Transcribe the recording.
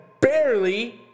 barely